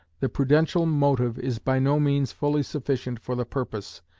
the prudential motive is by no means fully sufficient for the purpose,